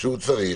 שהוא צריך,